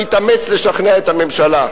מתאמץ לשכנע את הממשלה.